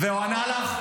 והוא ענה לך?